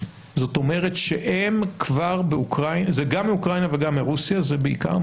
זאת אומרת שהם כבר באוקראינה זה גם מאוקראינה וגם מרוסיה בעיקר,